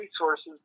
resources